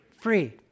Free